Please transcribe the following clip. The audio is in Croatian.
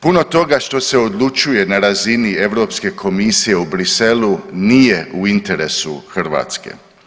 Puno toga što se odlučuje na razini Europske komisije u Briselu nije u interesu Hrvatske.